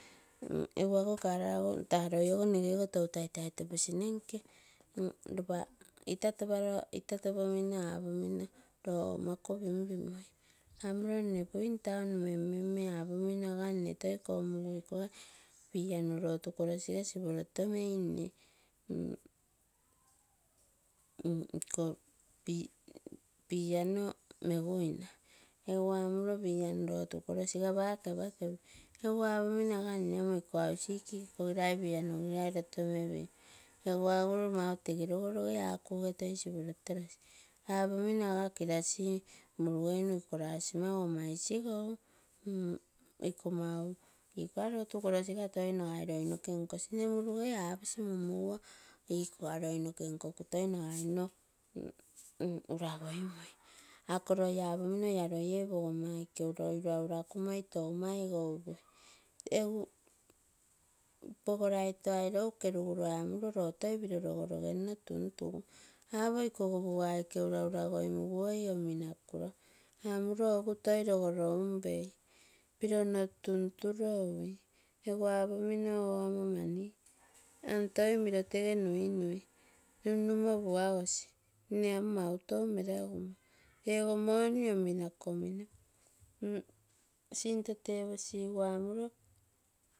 Egu ako karago taa, loi ogo nnegego tou taitai toposi nenkee, ropa ita topomino apominoo loo oumakuu pim pimoi amuno nne buin taun mem mem mee, apomino nne toi koimiroo ikoo piano road koros sige siporotonei, iko piano meguina egu amuro piano road koros siga pake apa kepio, egu apomino aga nne amo iko hausik igilaiko piano road koros sigirai nkagu rotoo reapioo egu agaro mau tege rogogore akue toi siporotoroii apomino aga kirasi murugeina iko rasi mau ama isigou, iko mau igako road koros siga toi nagai noke nkosi mum muguo igikoga loi noke nkomino toi uragoimui. Akoo loi apoomino ee pogoma aike loi uraura kumoi tou maigou pui, egu pogoraito iroua keruguro amuroo loo toi logo roge nno tuntugu apomino ikogo pogou aike ura uragoi nugaoi ominakuno amuroo egu toi nogoro un pei piroo nno tunturo eguu apomino oo amo mani egu toi miroo tege nuinui nun numo puagosi nne amo neauton meragumong ego reona, ominako minoo sinto teposigu amaroo.